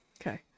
okay